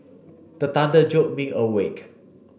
the thunder jolt me awake